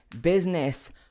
business